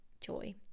joy